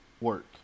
work